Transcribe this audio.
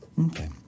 Okay